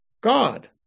god